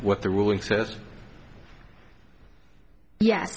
what the ruling says ye